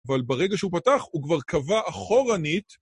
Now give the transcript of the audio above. אבל ברגע שהוא פתח, הוא כבר קבע אחורנית.